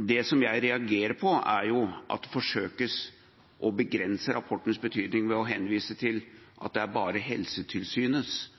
Det som jeg reagerer på, er at man forsøker å begrense rapportens betydning ved å henvise til at det er bare Helsetilsynets